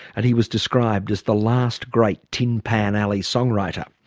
and he was described as the last great tin pan alley songwriter.